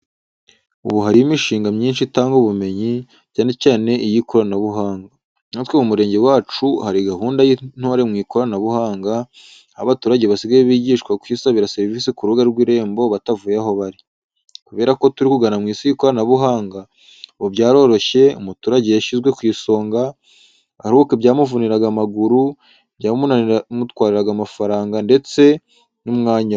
Ubu hariho imishinga myinshi itanga ubumenyi, cyane cyane iy’ikoranabuhanga. Natwe mu murenge wacu hari gahunda y’Intore mu Ikoranabuhanga, aho abaturage basigaye bigishwa kwisabira serivisi ku rubuga rw’Irembo batavuye aho bari. Kubera ko turikugana mu isi y’ikoranabuhanga, ubu byaroroshye, umuturage yashyizwe ku isonga, aruhuka ibyamuvuniraga amaguru, ibyamumariraga amafaranga ndetse n’umwanya we.